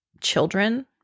children